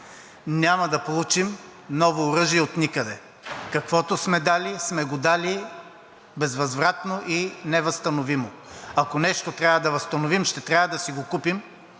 Няма да получим ново оръжие отникъде. Каквото сме дали, сме го дали безвъзвратно и невъзстановимо. Ако нещо трябва да възстановим, ще трябва да си го купим